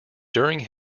during